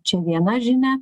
čia viena žinia